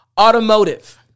automotive